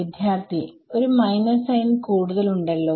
വിദ്യാർത്ഥി ഒരു minus sign കൂടുതൽ ഉണ്ടല്ലോ